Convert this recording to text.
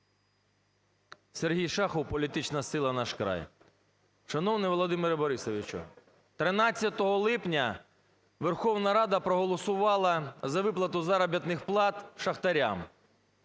Сергій Шахов, політична сила "Наш край". Шановний Володимир Борисович, 13 липня Верховна Рада проголосувала за виплату заробітних плат шахтарям.